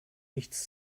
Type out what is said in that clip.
nichts